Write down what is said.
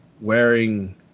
wearing